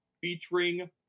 featuring